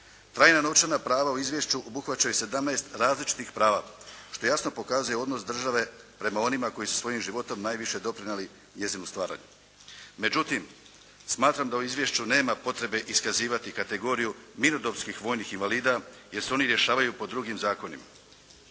Trajna novčana prava u izvješću obuhvaćaju 17 različitih prava, što jasno pokazuje odnos države prema onima koji su svojim životom najviše doprinijeli njezinu stvaranju. Međutim, smatram da u izvješću nema potrebe iskazivati kategoriju mirnodopskih vojnih invalida jer se oni rješavaju po drugim zakonima.